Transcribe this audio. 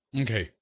Okay